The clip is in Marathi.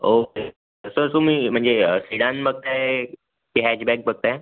ओके सर तुम्ही म्हणजे सीडॅन बघत आहे की हॅचबॅक बघत आहे